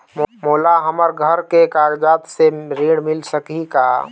मोला हमर घर के कागजात से ऋण मिल सकही का?